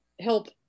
help